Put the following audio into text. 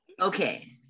Okay